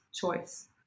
choice